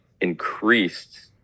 increased